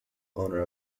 owner